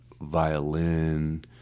violin